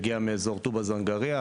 שהגיע מאזור טובא זנגריה.